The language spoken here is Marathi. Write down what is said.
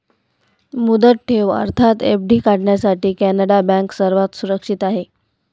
मुदत ठेव अर्थात एफ.डी काढण्यासाठी कॅनडा बँक सर्वात सुरक्षित आहे